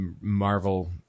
Marvel